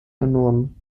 enorm